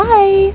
Bye